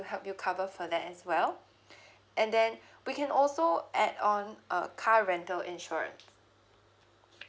help you cover for that as well and then we can also add on uh car rental insurance